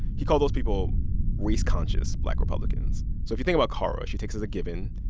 he called those people race-conscious black republicans so if you think about kara, she takes, as a given,